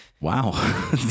Wow